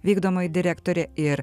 vykdomoji direktorė ir